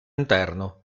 interno